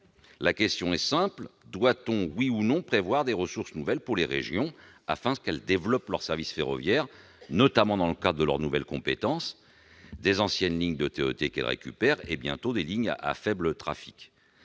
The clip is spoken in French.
La question est simple : doit-on, oui ou non, prévoir des ressources nouvelles pour les régions, afin qu'elles développent leurs services ferroviaires, notamment dans le cadre de leurs nouvelles compétences, puisqu'elles récupèrent des anciennes lignes et, bientôt, des lignes à faible trafic ?